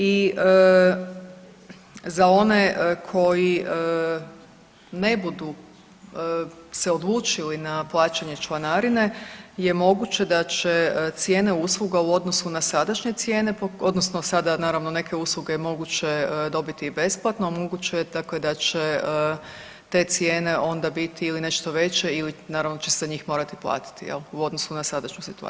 I za one koji ne budu se odlučili na plaćanje članarine je moguće da će cijene usluga u odnosu na sadašnje cijene odnosno sada naravno neke usluge je moguće dobiti i besplatno, a moguće je dakle da će te cijene onda biti ili nešto veće ili naravno će se njih morati platiti u odnosu na sadašnju situaciju.